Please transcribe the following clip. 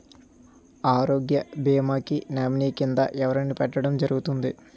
ఆరోగ్య భీమా కి నామినీ కిందా ఎవరిని పెట్టడం జరుగతుంది?